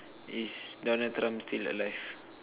is Donald Trump still alive